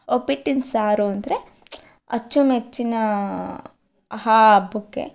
ಒಬ್ಬಟ್ಟಿನ ಸಾರು ಅಂದರೆ ಅಚ್ಚು ಮೆಚ್ಚಿನ ಆ ಹಬ್ಬಕ್ಕೆ